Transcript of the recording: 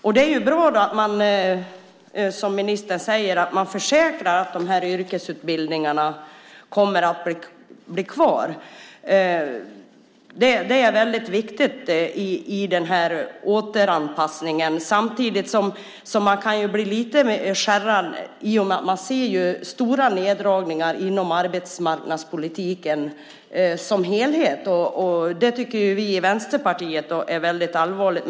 Och det är ju bra att man, som ministern säger, försäkrar att de här yrkesutbildningarna kommer att bli kvar. Det är väldigt viktigt i den här återanpassningen. Samtidigt kan man bli lite skärrad i och med att man ser stora neddragningar inom arbetsmarknadspolitiken som helhet, och det tycker vi i Vänsterpartiet är väldigt allvarligt.